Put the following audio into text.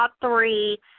three